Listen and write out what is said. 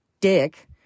dick